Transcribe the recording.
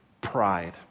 pride